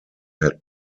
had